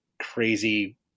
crazy